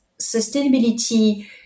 sustainability